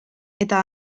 eta